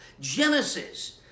Genesis